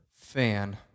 fan